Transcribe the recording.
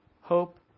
hope